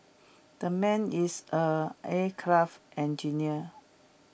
the man is A aircraft engineer